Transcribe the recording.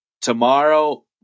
Tomorrow